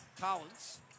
Collins